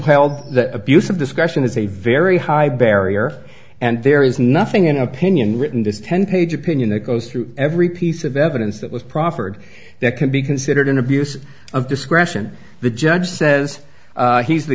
held that abuse of discretion is a very high barrier and there is nothing in opinion written this ten page opinion that goes through every piece of evidence that was proffered that can be considered an abuse of discretion the judge says he's the